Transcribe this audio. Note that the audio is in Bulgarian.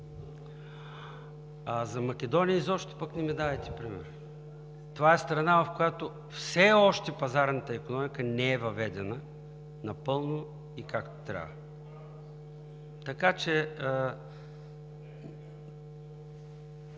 За Македония изобщо пък не ми давайте пример. Това е страна, в която все още пазарната икономика не е въведена напълно и както трябва, така че